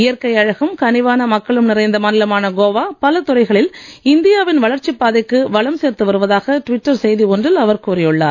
இயற்கை அழகும் கனிவான மக்களும் நிறைந்த மாநிலமான கோவா பல துறைகளில் இந்தியா வின் வளர்ச்சிப் பாதைக்கு வளம் சேர்த்து வருவதாக ட்விட்டர் செய்தி ஒன்றில் அவர் கூறியுள்ளார்